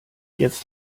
jetzt